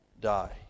die